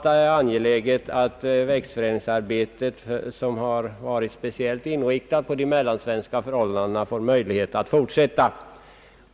Det är angeläget att växtförädlingsarbetet, som varit speciellt inriktat på de mellansvenska förhållandena, får möjlighet att fortsätta.